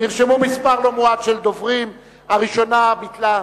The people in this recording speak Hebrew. נרשמו מספר לא מועט של דוברים, והראשונה, ביטלה.